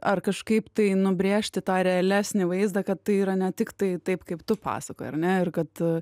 ar kažkaip tai nubrėžti tą realesnį vaizdą kad tai yra ne tiktai taip kaip tu pasakoji ar ne ir kad